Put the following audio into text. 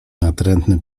natrętny